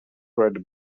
red